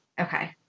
Okay